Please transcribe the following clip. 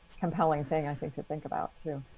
compelling thing, i think, to think about, too.